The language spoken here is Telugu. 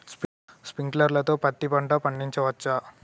స్ప్రింక్లర్ తో పత్తి పంట పండించవచ్చా?